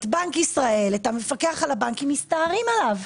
את המפקח על הבנקים מסתערים עליו,